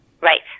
Right